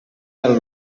del